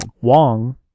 Wong